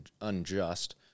unjust